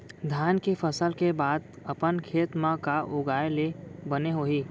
धान के फसल के बाद अपन खेत मा का उगाए ले बने होही?